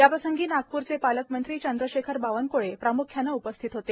याप्रसंगी नागपूरचे पालकमंत्री चंद्रशेखर बावनक्ळे प्राम्ख्याने उपस्थित होते